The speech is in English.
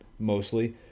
mostly